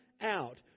out